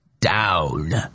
down